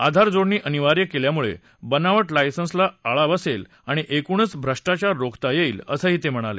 आधारजोडणी अनिवार्य केल्यामुळे बनावट लायसन्सला आळा बसेल आणि एकूणच भ्रष्टाचार रोखता येईल असं ते म्हणाले